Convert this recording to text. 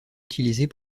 utilisée